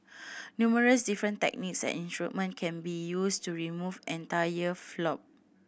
numerous different techniques and instrument can be used to remove entire polyp